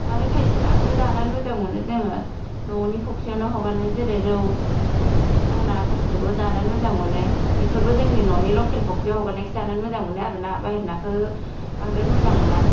आरो खायसे नाखौबो जानानै मोजां मोनो जोङो न'नि फ'ख्रिआवनो हगारनाय जेरै रौ फांनाफोरखौबो जानानै मोजां मोनो बेफोरबो जोंनि न'नि लखेल फ'ख्रिआव हगारनायखायसो जानानै मोजां मोनो आरोना बायहेरनि नाखौ बांद्राय मोजां मोना